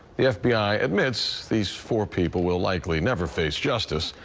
the fbi admits these four people will likely never face justice.